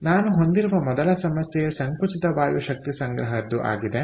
ಆದ್ದರಿಂದ ನಾನು ಹೊಂದಿರುವ ಮೊದಲ ಸಮಸ್ಯೆ ಸಂಕುಚಿತ ವಾಯು ಶಕ್ತಿ ಸಂಗ್ರಹದ್ದು ಆಗಿದೆ